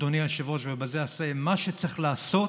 אדוני היושב-ראש, ובזה אסיים, מה שצריך לעשות